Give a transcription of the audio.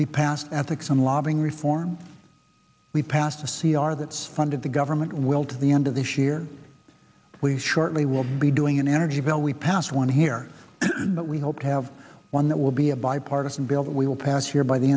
we passed ethics and lobbying reform we passed a c r that's funded the government will to the end of this year we shortly will be doing an energy bill we passed one here but we hope to have one that will be a bipartisan bill that we will pass here by the